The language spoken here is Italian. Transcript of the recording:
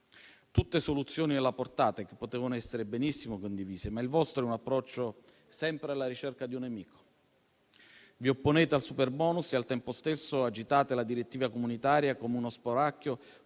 tutte soluzioni alla portata che potevano essere benissimo condivise. Il vostro però è un approccio sempre alla ricerca di un nemico. Vi opponete al superbonus e, al tempo stesso, agitate la direttiva comunitaria come uno spauracchio,